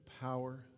power